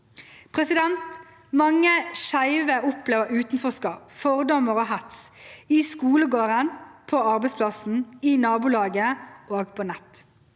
Mange skeive opplever utenforskap, fordommer og hets – i skolegården, på arbeidsplassen, i nabolaget og på nett.